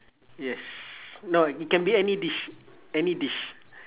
yes no it can be any dish any dish